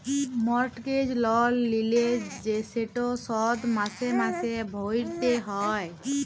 mortgage লল লিলে সেট শধ মাসে মাসে ভ্যইরতে হ্যয়